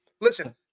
Listen